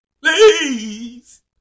please